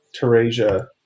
Teresia